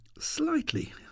slightly